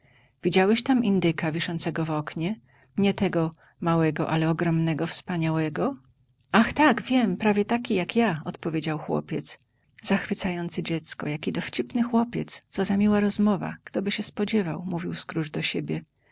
widziałeś tam indyka wiszącego w oknie nie tego małego ale ogromnego wspaniałego ach tak wiem prawie taki jak ja odpowiedział chłopiec zachwycające dziecko jaki dowcipny chłopiec co za miła rozmowa ktoby się spodziewał mówił scrooge do siebie